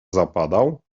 zapadał